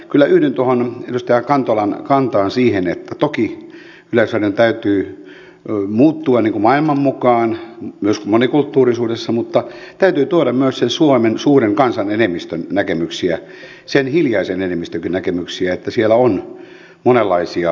kyllä yhdyn edustaja kantolan kantaan siitä että toki yleisradion täytyy muuttua maailman mukaan myös monikulttuurisuudessa mutta täytyy tuoda myös suomen suuren kansan enemmistön näkemyksiä sen hiljaisen enemmistön näkemyksiä että siellä on monenlaisia näkökulmia